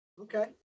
Okay